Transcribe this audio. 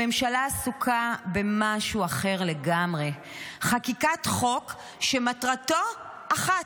הממשלה עסוקה במשהו אחר לגמרי: חקיקת חוק שמטרתו אחת,